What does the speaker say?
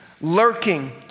lurking